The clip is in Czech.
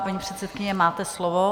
Paní předsedkyně, máte slovo.